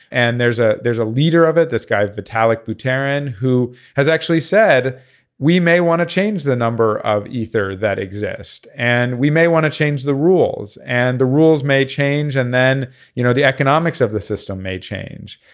and there's a there's a leader of it. this guy is italic italic terran who has actually said we may want to change the number of ether that exist and we may want to change the rules and the rules may change and then you know the economics of the system may change.